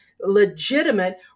legitimate